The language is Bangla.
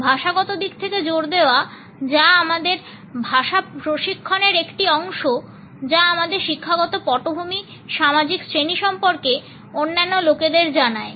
ভাষাগত দিক থেকে জর দেওয়া যা আমাদের ভাষা প্রশিক্ষণের একটি অংশ যা আমাদের শিক্ষাগত পটভূমি সামাজিক শ্রেণী সম্পর্কে অন্যান্য লোকেদের জানায়